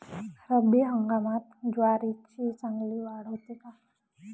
रब्बी हंगामात ज्वारीची चांगली वाढ होते का?